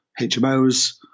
HMOs